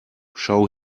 schau